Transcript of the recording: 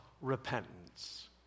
repentance